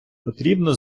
потрібно